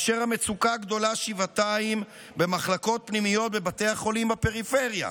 והמצוקה גדולה שבעתיים במחלקות פנימיות בבתי החולים בפריפריה.